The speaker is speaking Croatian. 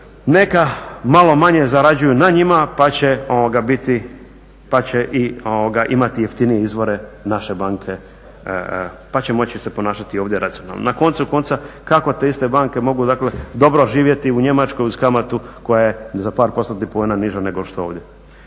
neka malo manje zarađuju na njima pa će i imati jeftinije izvore naše banke, pa će moći se ponašati ovdje racionalno. Na koncu konca kako te iste banke mogu dakle dobro živjeti u Njemačkoj uz kamatu koja je za par postotnih poena niža nešto što je ovdje.